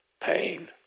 pain